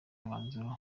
umwanzuro